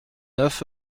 neuf